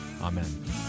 Amen